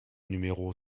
numéro